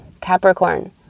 capricorn